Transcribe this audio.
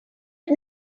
but